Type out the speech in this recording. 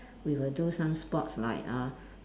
we will do some sports like uh